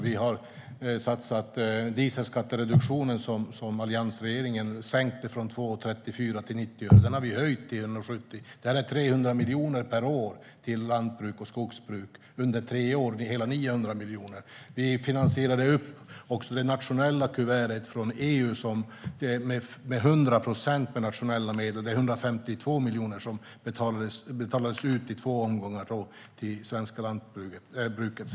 Vi har satsat på dieselskattereduktionen, som alliansregeringen sänkte från 2,34 kronor per liter till 90 öre. Den har vi ökat till 1,70 kronor. Det innebär 300 miljoner per år till lantbruk och skogsbruk, under tre år hela 900 miljoner. Vi finansierade också det nationella kuvertet från EU med hundra procent nationella medel. 152 miljoner betalades ut i två omgångar till det svenska lantbruket.